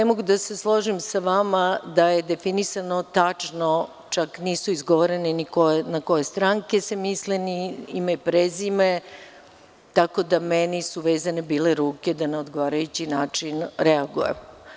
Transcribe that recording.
Ne mogu da se složim sa vama da je definisano tačno, čak nije izgovoreno na koje stranke se misli, ni ime ni prezime, tako da su meni bile vezane ruke da na odgovarajući način reagujem.